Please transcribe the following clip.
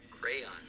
Crayon